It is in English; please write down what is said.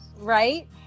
Right